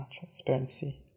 transparency